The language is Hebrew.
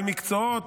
על מקצועות.